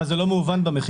אבל זה לא מהוון במחיר?